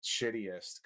shittiest